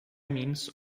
means